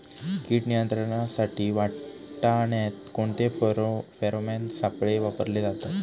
कीड नियंत्रणासाठी वाटाण्यात कोणते फेरोमोन सापळे वापरले जातात?